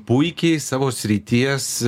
puikiai savo srities